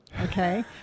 Okay